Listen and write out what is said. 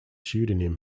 pseudonym